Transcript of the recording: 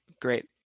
great